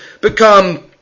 become